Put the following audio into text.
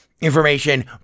Information